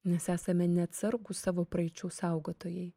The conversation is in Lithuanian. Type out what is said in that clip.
nes esame neatsargūs savo praeičių saugotojai